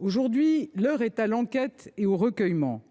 Aujourd’hui, l’heure est à l’enquête et au recueillement.